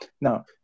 now